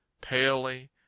palely